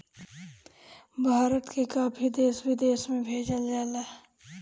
भारत के काफी देश विदेश में भेजल जाला